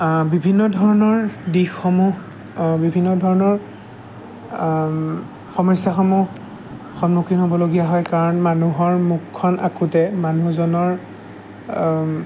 বিভিন্ন ধৰণৰ দিশসমূহ বিভিন্ন ধৰণৰ সমস্যাসমূহ সন্মুখীন হ'বলগীয়া হয় কাৰণ মানুহৰ মুখখন আকোঁতে মানুহজনৰ